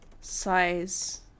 size